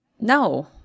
No